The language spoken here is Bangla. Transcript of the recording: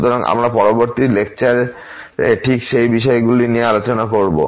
সুতরাং আমরা পরবর্তী লেকচারে ঠিক সেই বিষয়ে কথা বলব